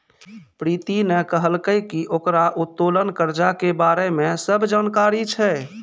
प्रीति ने कहलकै की ओकरा उत्तोलन कर्जा के बारे मे सब जानकारी छै